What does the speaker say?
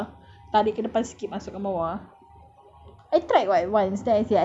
tak tak open masuk kat masuk kat bawah lah tarik ke depan sikit masukkan bawah